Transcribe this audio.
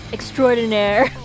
Extraordinaire